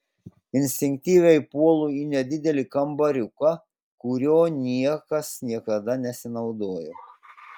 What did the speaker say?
instinktyviai puolu į nedidelį kambariuką kuriuo niekas niekada nesinaudoja